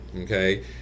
okay